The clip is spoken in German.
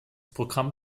programm